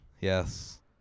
Yes